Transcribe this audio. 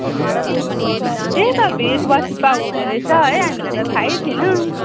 त्यही त भेज वाच्चिपा हुँदो रहेछ है हामीलाई त थाहै थिएन